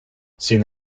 sin